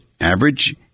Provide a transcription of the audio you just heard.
average